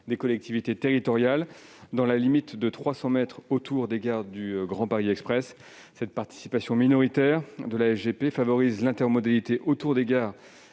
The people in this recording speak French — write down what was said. des collectivités territoriales, dans la limite de 300 mètres autour des gares du Grand Paris Express. Cette participation minoritaire de la SGP favoriserait l'intermodalité autour des gares